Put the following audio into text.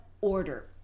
order